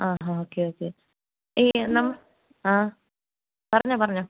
ആ ഹ okay okay ഈ നം ആ പറഞ്ഞോ പറഞ്ഞോ